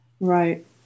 Right